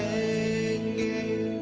a